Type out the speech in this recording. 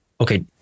okay